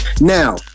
Now